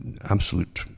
absolute